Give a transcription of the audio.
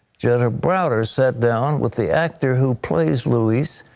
jenna browder sat down with the actor who plays luis.